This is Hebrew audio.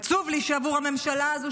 עצוב לי שעבור הממשלה הזו,